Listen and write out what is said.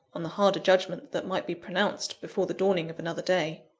on the harder judgment that might be pronounced, before the dawning of another day.